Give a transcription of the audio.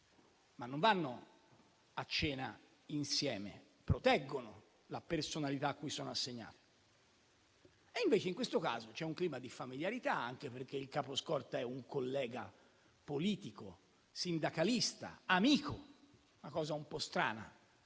Ma non vanno a cena insieme: proteggono la personalità a cui sono assegnati. Invece in questo caso c'è un clima di familiarità, anche perché il capo scorta è un collega politico, sindacalista e amico. È una cosa un po' strana,